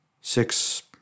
six